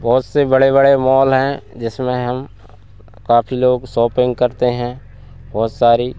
बहुत से बड़े बड़े मॉल हैं जिसमें हम काफी लोग सॉपिंग करते हैं बहुत सारी